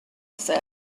said